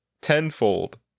Tenfold